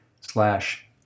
slash